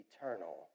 eternal